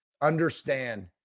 understand